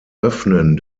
öffnen